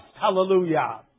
Hallelujah